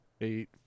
eight